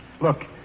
Look